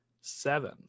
seven